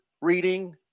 reading